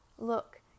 Look